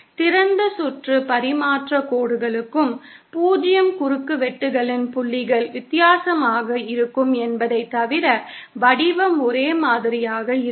திறந்த சுற்று பரிமாற்றக் கோடுகளுக்கும் 0 குறுக்குவெட்டுகளின் புள்ளிகள் வித்தியாசமாக இருக்கும் என்பதைத் தவிர வடிவம் ஒரே மாதிரியாக இருக்கும்